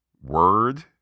word